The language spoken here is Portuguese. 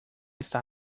está